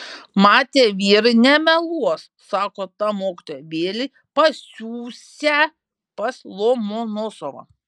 matė vyrai nemeluos sako tą mokytoją vėlei pasiųsią pas lomonosovą